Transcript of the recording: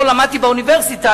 היות שלא למדתי באוניברסיטה,